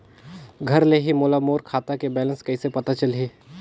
घर ले ही मोला मोर खाता के बैलेंस कइसे पता चलही?